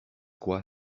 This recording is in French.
quoi